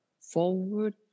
forward